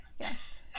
Yes